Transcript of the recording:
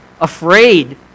afraid